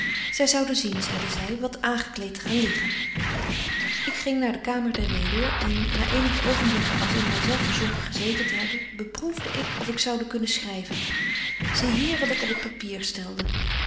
zy zoude zien zeide zy wat aangekleet te gaan liggen ik ging naar de kamer der weduwe en na eenige oogenblikken als in my zelf verzonken gezeten te hebben beproefde ik of ik zoude kunnen schryven zie hier wat ik op het papier stelde